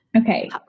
Okay